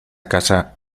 casa